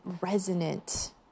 resonant